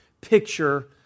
picture